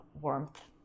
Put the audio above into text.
warmth